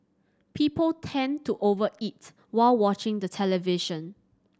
people tend to over eat while watching the television